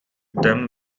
them